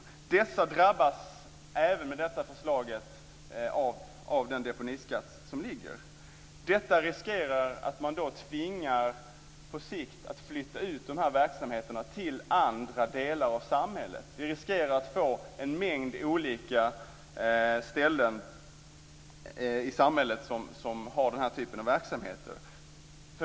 Även dessa drabbas med det förslag om deponiskatt som ligger. Man riskerar då att på sikt tvingas flytta ut verksamheterna till andra delar av samhället. Vi riskerar att få en mängd olika ställen i samhället som har den här typen av verksamhet.